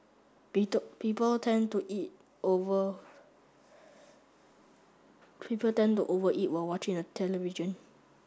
people tend to eat over people tend to over eat while watching the television